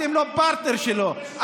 אתם לא פרטנר שלו.